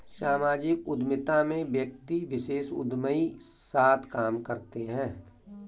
सामाजिक उद्यमिता में व्यक्ति विशेष उदयमी साथ काम करते हैं